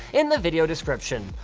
in the video description.